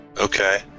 okay